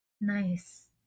Nice